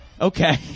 Okay